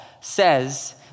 says